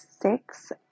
six